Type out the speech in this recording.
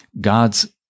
God's